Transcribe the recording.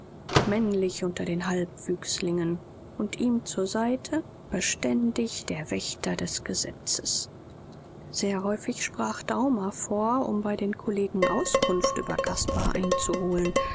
männlich unter den halbwüchslingen und ihm zur seite beständig der wächter des gesetzes sehr häufig sprach daumer vor um bei den kollegen auskunft über caspar einzuholen